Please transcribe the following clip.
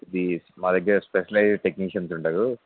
ఇది మా దగ్గర స్పెషలైజ్డ్ టెక్నీషియన్స్ ఉంటారు